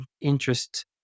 interest